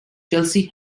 chelsea